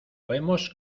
hemos